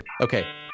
Okay